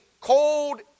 cold